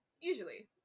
Usually